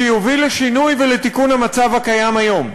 שיוביל לשינוי ולתיקון המצב הקיים היום.